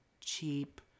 cheap